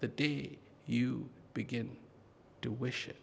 the d you begin to wish it